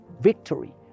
victory